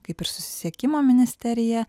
kaip ir susisiekimo ministerija